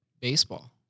baseball